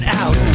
out